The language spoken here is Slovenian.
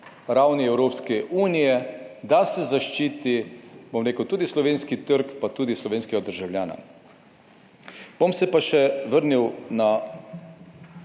ravni Evropske unije, da se zaščiti tudi slovenski trg, pa tudi slovenskega državljana. Bom se pa še vrnil na